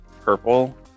purple